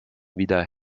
wieder